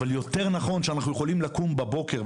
אבל יותר נכון שאנחנו יכולים לקום בבוקר.